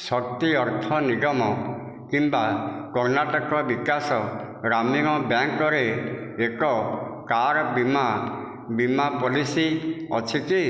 ଶକ୍ତି ଅର୍ଥ ନିଗମ କିମ୍ବା କର୍ଣ୍ଣାଟକ ବିକାଶ ଗ୍ରାମୀଣ ବ୍ୟାଙ୍କ୍ରେ ଏକ କାର୍ ବୀମା ବୀମା ପଲିସି ଅଛିକି